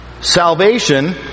Salvation